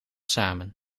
samen